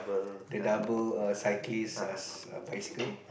the double err cyclist err bicycle